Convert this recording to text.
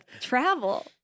travel